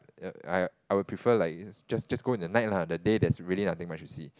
I I I I will prefer like just just go in the night the day there's really nothing much to see